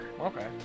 okay